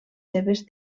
seves